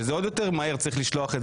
שאת זה עוד יותר מהר צריך לשלוח,